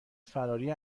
فراری